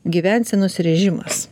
gyvensenos režimas